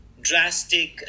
drastic